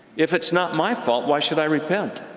if it's not my fault, why should i repent?